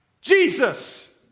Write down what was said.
Jesus